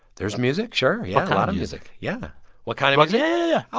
there's music, sure, yeah, a lot of music, yeah what kind of like yeah